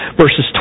verses